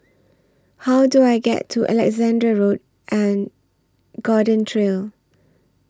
How Do I get to Alexandra Road and Garden Trail